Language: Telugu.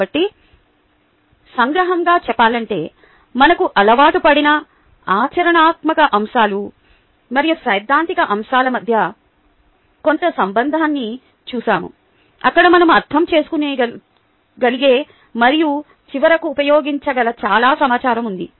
కాబట్టి సంగ్రహంగా చెప్పాలంటే మనకు అలవాటుపడిన ఆచరణాత్మక అంశాలు మరియు సైద్ధాంతిక అంశాల మధ్య కొంత సంబంధాన్ని చూశాము అక్కడ మనం అర్థం చేసుకోగలిగే మరియు చివరికి ఉపయోగించగల చాలా సమాచారం ఉంది